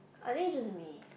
I think just me